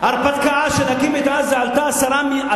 ההרפתקה של להקים את עזה עלתה למדינת